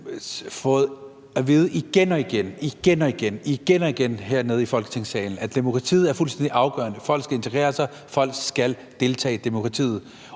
fået at vide igen og igen – igen og igen! – hernede i Folketingssalen, at demokratiet er fuldstændig afgørende, at folk skal integrere sig, og at folk skal deltage i demokratiet.